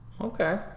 Okay